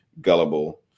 gullible